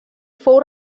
fou